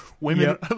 women